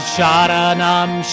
Sharanam